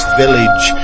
village